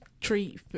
treat